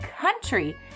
country